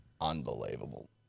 Unbelievable